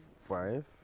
five